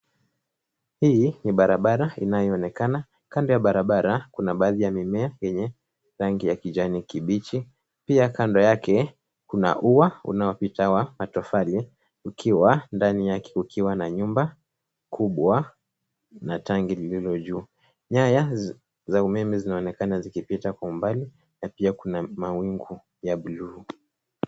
Hii ni barabara inayoonekana. Kando ya barabara kuna baadhi ya mimea yenye rangi ya kijani kibichi. Pia kando yake kuna ua unaopita wa matofali ndani yake ukiwa na nyumba kubwa na tanki lililo juu. Nyaya za umeme zinaonekana zikipita kwa umbali na pia kuna mawingu ya buluu.